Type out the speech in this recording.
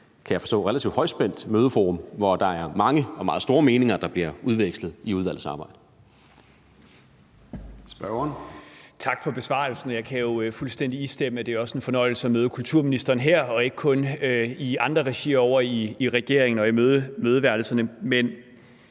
kan jeg forstå, relativt højspændt mødeforum, hvor der er mange og meget store meninger, der bliver udvekslet i udvalgsarbejdet.